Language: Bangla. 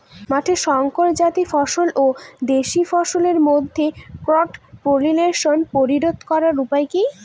মাঠের শংকর জাতীয় ফসল ও দেশি ফসলের মধ্যে ক্রস পলিনেশন প্রতিরোধ করার উপায় কি?